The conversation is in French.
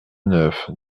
neuf